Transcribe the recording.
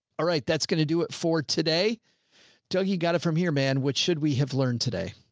all right. that's going to do it for today till he got it from here, man. which should we have learned today?